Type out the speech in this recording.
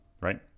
right